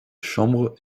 chambre